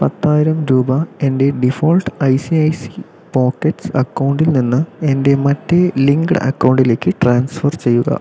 പത്തായിരം രൂപ എൻ്റെ default I C I C pockets അക്കൗണ്ടിൽ നിന്ന് എൻ്റെ മറ്റേ ലിങ്ക്ഡ് അക്കൗണ്ടിലേക്ക് ട്രാൻസ്ഫർ ചെയ്യുക